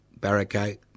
barricade